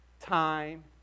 time